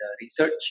research